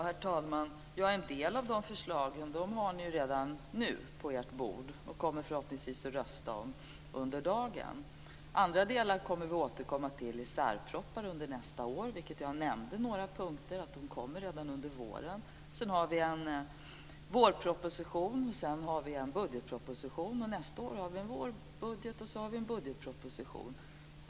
Herr talman! En del av de förslagen har ni redan nu på ert bord och kommer förhoppningsvis att rösta om under dagen. Andra delar kommer vi att återkomma till i särpropositioner under nästa år. Jag nämnde att några punkter kommer redan under våren. Sedan har vi en vårproposition och därefter en budgetproposition och nästa år har vi en vårbudget och en budgetproposition.